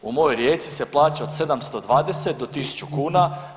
U mojoj Rijeci se plaća od 720 do 1000 kuna.